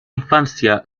infancia